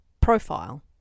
profile